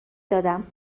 دادم